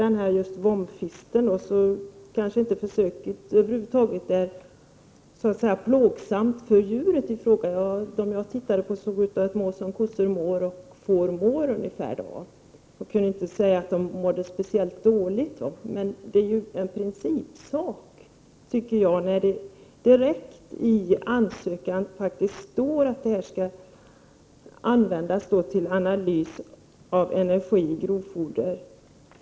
Försök med vomfistlar kanske inte är plågsamma för djuret i fråga. De djur jag hartittat på såg ut att må som kor och får brukar göra. Jag kan inte säga att de skulle må speciellt dåligt. Jag tycker dock att det är en principsak när det direkt i ansökningen står att försöket skall användas till analys av energiinnehåll i grovfoder.